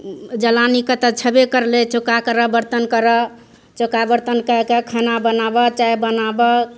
जलानीके तऽ छैबे करलै चौका करऽ बर्तन करऽ चौका बर्तन कए कऽ खाना बनाबऽ चाय बनाबऽ